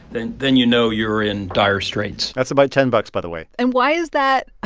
then then you know you're in dire straits that's about ten bucks, by the way and why is that